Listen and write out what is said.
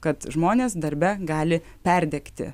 kad žmonės darbe gali perdegti